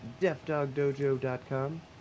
deafdogdojo.com